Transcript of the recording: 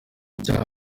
ibyaha